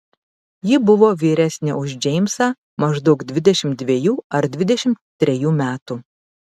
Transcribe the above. ji buvo vyresnė už džeimsą maždaug dvidešimt dvejų ar dvidešimt trejų metų